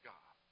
God